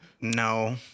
No